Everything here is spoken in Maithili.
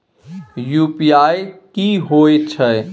यु.पी.आई की होय छै?